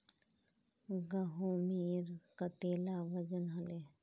गहोमेर कतेला वजन हले